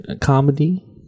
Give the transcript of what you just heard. comedy